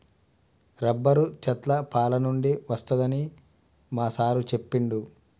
rubber చెట్ల పాలనుండి వస్తదని మా సారు చెప్పిండు